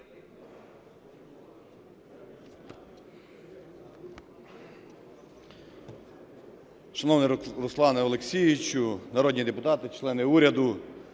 Шановний Руслане Олексійовичу, народні депутати, члени уряду!